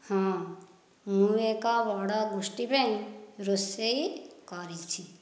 ହଁ ମୁଁ ଏକ ବଡ଼ ଗୋଷ୍ଠୀ ପାଇଁ ରୋଷେଇ କରିଛି